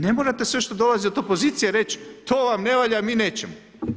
Ne morate sve što dolazi od opozicije reć to vam ne valja, mi nećemo.